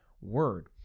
word